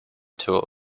tool